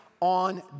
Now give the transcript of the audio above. on